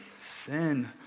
Sin